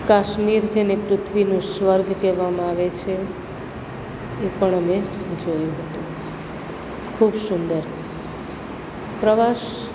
કાશ્મીર જેને પૃથ્વીનું સ્વર્ગ કહેવામાં આવે છે એ પણ અમે જોયું ખૂબ સુંદર પ્રવાસ